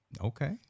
Okay